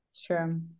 Sure